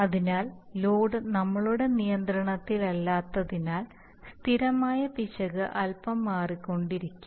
അതിനാൽ ലോഡ് നമ്മളുടെ നിയന്ത്രണത്തിലല്ലാത്തതിനാൽ സ്ഥിരമായ പിശക് അല്പം മാറിക്കൊണ്ടിരിക്കും